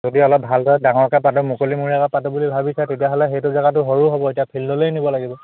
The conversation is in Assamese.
যদি অলপ ভালদৰে ডঙৰকৈ পাতোঁ মুকলিমূৰীয়াকৈ পাতোঁ বুলি ভাবিছে তেতিয়াহ'লে সেইটো জেগাটো সৰু হ'ব তেতিয়া ফিল্ডলৈয়ে নিব লাগিব